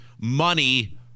money